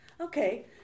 okay